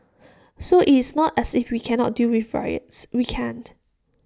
so it's not as if we cannot deal with riots we can't